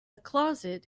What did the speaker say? closet